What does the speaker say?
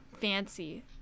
fancy